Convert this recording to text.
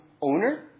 owner